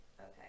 okay